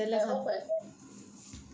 I off my fan and aircon